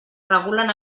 regulen